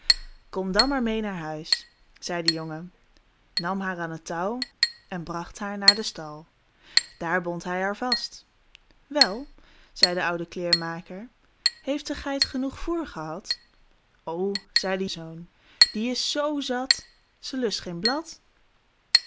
kom dan maar meê naar huis zei de jongen nam haar aan het touw en bracht haar naar den stal daar bond hij haar vast wel zei de oude kleermaker heeft de geit genoeg voêr gehad o zei de zoon die is zoo zat ze lust geen blad